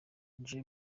angel